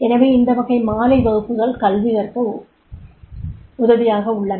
எனவே இந்த வகை மாலை வகுப்புகள் கல்வி கற்க உதவியாக உள்ளன